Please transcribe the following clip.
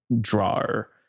drawer